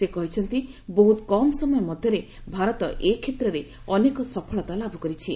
ସେ କହିଛନ୍ତି ବହୁତ କମ୍ ସମୟ ମଧ୍ୟରେ ଭାରତ ଏ କ୍ଷେତ୍ରରେ ଅନେକ ସଫଳତା ଲାଭ କରିଛି